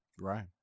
Right